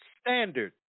standard